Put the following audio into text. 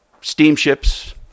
steamships